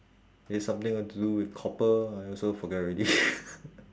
it's something to do with copper I also forget already